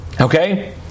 Okay